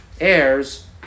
heirs